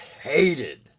hated